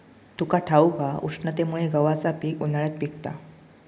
तुका ठाऊक हा, उष्णतेमुळे गव्हाचा पीक उन्हाळ्यात पिकता